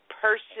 person